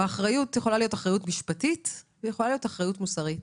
האחריות יכולה להיות אחריות משפטית והיא יכולה להיות אחריות מוסרית.